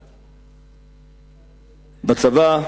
בצבא,